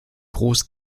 groß